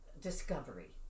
discovery